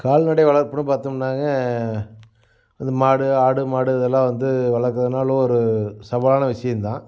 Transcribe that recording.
கால்நடை வளர்ப்புன்னு பார்த்தம்னாங்க இது மாடு ஆடு மாடு இதெல்லாம் வந்து வளர்க்குறதுனால ஒரு சவாலான விஷயந்தான்